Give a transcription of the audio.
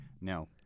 no